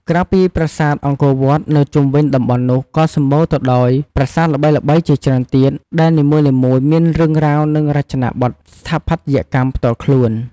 ក្រៅពីប្រាសាទអង្គរវត្ត នៅជុំវិញតំបន់នោះក៏សម្បូរទៅដោយប្រាសាទល្បីៗជាច្រើនទៀត ដែលនីមួយៗមានរឿងរ៉ាវ និងរចនាបថស្ថាបត្យកម្មផ្ទាល់ខ្លួន។